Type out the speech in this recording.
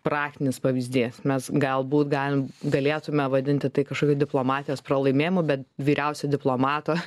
praktinis pavyzdys mes galbūt galim galėtume vadinti tai kažkokiu diplomatijos pralaimėjimu bet vyriausio diplomato